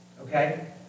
okay